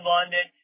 London